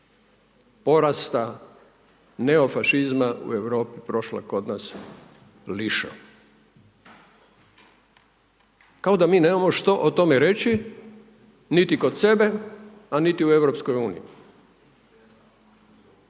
porasta neofašizma u Europi prošla kod nas lišo. Kao da mi nemamo što o tome reći niti kod sebe a niti u EU.